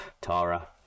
Tara